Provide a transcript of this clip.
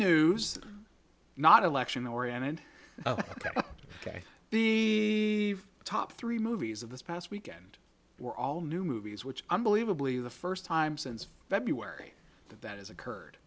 news not election oriented ok the the top three movies of this past weekend were all new movies which i'm believably the first time since february that that has occurred